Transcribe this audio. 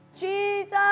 Jesus